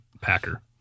Packer